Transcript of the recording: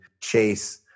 Chase